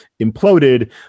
imploded